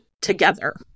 together